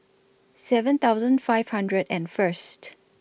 seven thousand five hundred and First